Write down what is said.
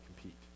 compete